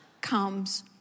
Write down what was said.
comes